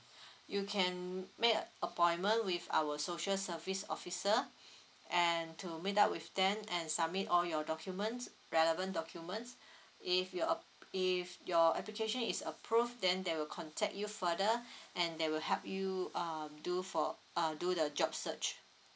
you can make appointment with our social service officer and to meet up with them and submit all your documents relevant documents if your ap~ if your application is approved then they will contact you further and they will help you um do for uh do the job search